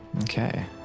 Okay